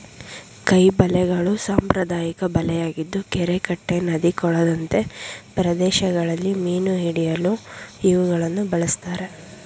ಕೈ ಬಲೆಗಳು ಸಾಂಪ್ರದಾಯಿಕ ಬಲೆಯಾಗಿದ್ದು ಕೆರೆ ಕಟ್ಟೆ ನದಿ ಕೊಳದಂತೆ ಪ್ರದೇಶಗಳಲ್ಲಿ ಮೀನು ಹಿಡಿಯಲು ಇವುಗಳನ್ನು ಬಳ್ಸತ್ತರೆ